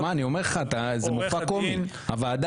חברת